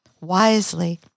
wisely